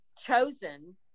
chosen